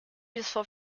useful